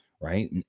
right